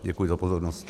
Děkuji za pozornost.